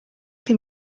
che